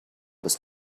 was